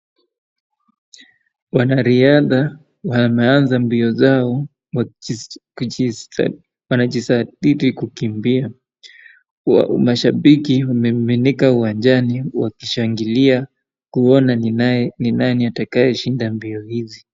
Wanariadha wameanza mbio zao, wakijitahidi kukimbia. Mashabiki wamemiminika uwanjani wakishangilia kuona ni nani atakayeshinda mbio hizi.